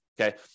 Okay